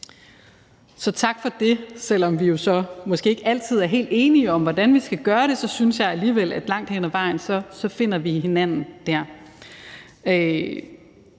Så tak for det. Selv om vi måske ikke altid er helt enige om, hvordan vi skal gøre det, synes jeg alligevel, at vi langt hen ad vejen finder hinanden dér.